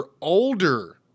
older